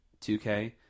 2K